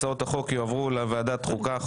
הצעות החוק יועברו לוועדת החוקה,